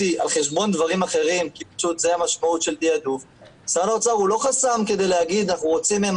חשוב מאוד שהוועדה תקבל המלצה למשרד הבריאות להוסיף עוד כמה מכשירי MRI